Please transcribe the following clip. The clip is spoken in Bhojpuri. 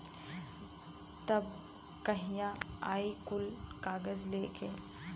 तब कहिया आई कुल कागज़ लेके?